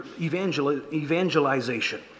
evangelization